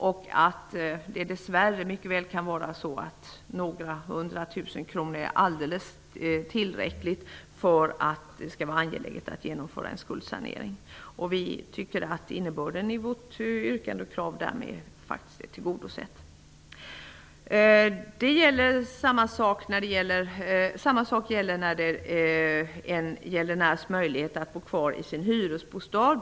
Dess värre kan det mycket väl vara så, att några hundra tusen kronor kan vara alldeles tillräckligt för att det skall vara angeläget med en skuldsanering. Vi tycker att innebörden i vårt yrkande därmed är tillgodosedd. Samma sak gäller för en gäldenärs möjligheter att bo kvar i sin hyresbostad.